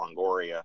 Longoria